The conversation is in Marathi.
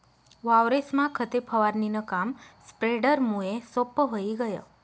वावरेस्मा खते फवारणीनं काम स्प्रेडरमुये सोप्पं व्हयी गय